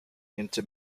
into